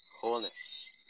wholeness